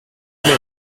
mynd